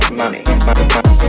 money